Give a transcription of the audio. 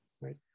right